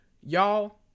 Y'all